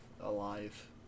alive